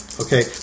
Okay